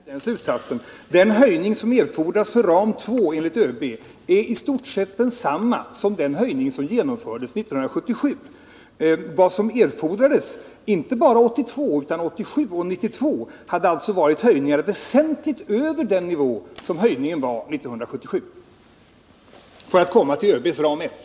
Herr talman! Jag förstår inte hur Per Unckel kan dra den slutsatsen. Den höjning som erfordras för ram 2 enligt ÖB är i stort sett densamma som den höjning som genomfördes 1977. Vad som erfordrats, inte bara för 1982 utan för 1987 och 1992, hade alltså varit höjningar väsentligt över den nivå som höjningen uppgick till 1977, för att komma till ÖB:s ram 1.